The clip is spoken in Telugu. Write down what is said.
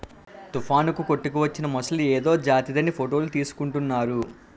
తుఫానుకు కొట్టుకువచ్చిన మొసలి ఏదో జాతిదని ఫోటోలు తీసుకుంటున్నారు